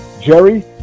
Jerry